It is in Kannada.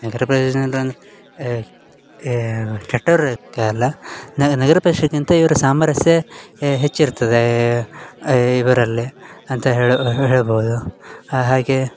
ನಗರ ಪ್ರದೇಶದ ಜನ್ರು ಅಂದರೆ ಏ ಏ ಕೆಟ್ಟೋರು ನಗರ ಪ್ರದೇಶಕ್ಕಿಂತ ಇವ್ರ ಸಾಮರಸ್ಯ ಹೆಚ್ಚು ಇರ್ತದೆ ಏ ಇವರಲ್ಲಿ ಅಂತ ಹೇಳೊ ಹೇಳ್ಬೌದು ಹಾಗೇ